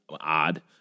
odd